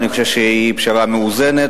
אני חושב שהיא פשרה מאוזנת,